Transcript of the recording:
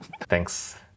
Thanks